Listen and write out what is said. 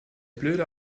blöde